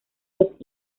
los